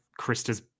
Krista's